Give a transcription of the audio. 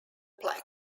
plaque